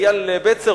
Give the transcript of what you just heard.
אייל בצר,